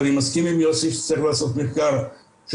אני מסכים עם יוסי שצריך לעשות מחקר שהוא